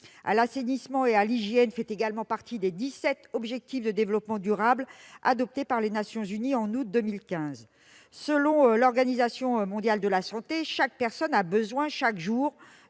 l'assainissement et à l'hygiène fait également partie des dix-sept objectifs de développement durable adoptés par les Nations unies en août 2015. Selon l'Organisation mondiale de la santé, chaque personne a besoin, chaque jour,